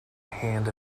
hand